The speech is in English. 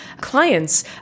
clients